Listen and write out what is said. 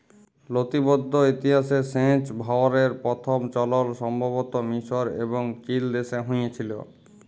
লতিবদ্ধ ইতিহাসে সেঁচ ভাঁয়রের পথম চলল সম্ভবত মিসর এবং চিলদেশে হঁয়েছিল